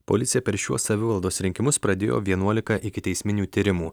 policija per šiuos savivaldos rinkimus pradėjo vienuolika ikiteisminių tyrimų